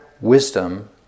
wisdom